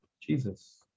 Jesus